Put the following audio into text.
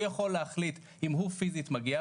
הוא יכול להחליט אם הוא פיזית מגיע,